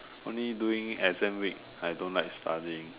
only during exam week I don't like studying